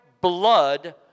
blood